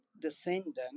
descendant